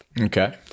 okay